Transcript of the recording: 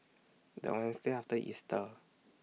The Wednesday after Easter